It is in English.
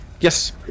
Yes